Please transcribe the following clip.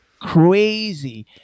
crazy